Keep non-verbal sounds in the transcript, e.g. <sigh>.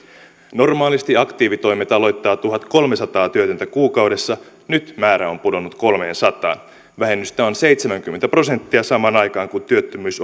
normaalisti aktiivitoimet aloittaa tuhatkolmesataa työtöntä kuukaudessa nyt määrä on pudonnut kolmeensataan vähennystä on seitsemänkymmentä prosenttia samaan aikaan kun työttömyys <unintelligible>